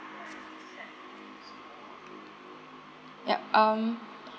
yup um